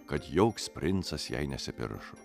kad joks princas jai nesipiršo